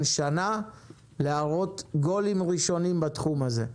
שנה להראות גולים ראשונים בתחום הזה,